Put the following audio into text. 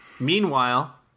Meanwhile